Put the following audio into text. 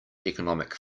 economic